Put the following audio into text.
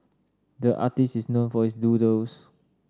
the artist is known for his doodles